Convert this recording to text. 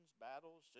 Battles